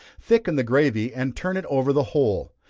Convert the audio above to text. thicken the gravy and turn it over the whole.